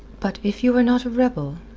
but if you are not a rebel,